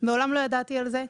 מעולם לא ידעתי על זה.